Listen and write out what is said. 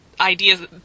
ideas